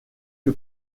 que